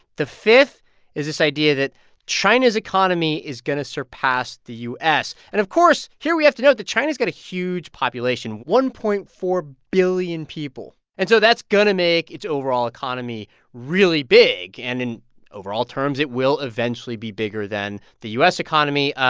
the fifth is this idea that china's economy is going to surpass the u s. and of course, here we have to note that china's got a huge population one point four billion people. and so that's going to make its overall economy really big. and in overall terms, it will eventually be bigger than the u s. economy.